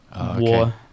War